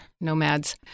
nomads